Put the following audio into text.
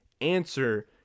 Answer